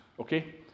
Okay